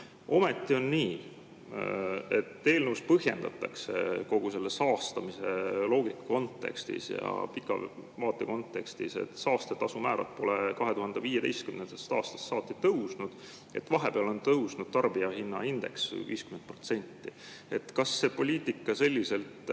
Ometi on nii, et eelnõus põhjendatakse kogu selle saastamise loogika kontekstis ja pika vaate kontekstis, et saastetasu määrad pole 2015. aastast saati tõusnud. Vahepeal on tarbijahinnaindeks tõusnud 50%. Kas see poliitika selliselt